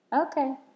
Okay